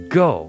go